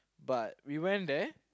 but we went there